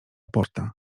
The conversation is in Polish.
porta